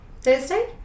Thursday